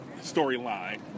storyline